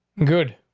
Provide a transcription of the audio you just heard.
good.